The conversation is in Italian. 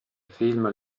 film